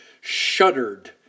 shuddered